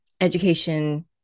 education